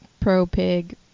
pro-pig